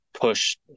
push